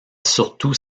surtout